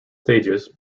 stages